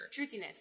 Truthiness